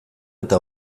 eta